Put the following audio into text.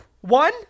One